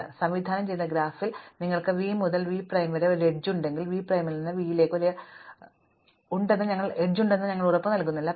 അതിനാൽ സംവിധാനം ചെയ്ത ഗ്രാഫിൽ നിങ്ങൾക്ക് v മുതൽ v പ്രൈം വരെ ഒരു എഡ്ജ് ഉണ്ടെങ്കിൽ v പ്രൈമിൽ നിന്ന് v ലേക്ക് ഒരു എഡ്ജ് ഉണ്ടെന്ന് ഞങ്ങൾ ഉറപ്പുനൽകുന്നില്ല